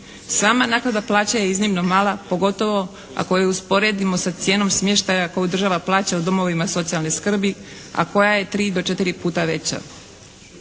Sama naknada plaće je iznimno mala pogotovo ako je usporedimo sa cijenom smještaja koju država plaća u domovima socijalne skrbi a koja je tri do četiri puta veća.